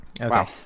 Wow